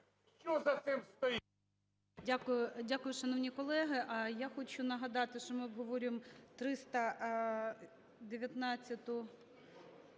що за цим стоїть…